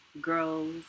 girls